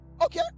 Okay